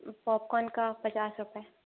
popcorn का पचास रुपए